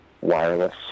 wireless